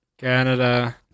Canada